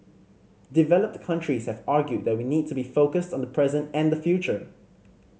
developed countries have argued that we need to be focused on the present and the future